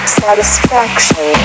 satisfaction